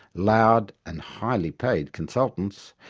loud and highly-paid consultants,